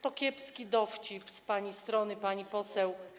To kiepski dowcip z pani strony, pani poseł.